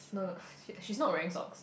no no she's not wearing socks